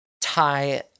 tie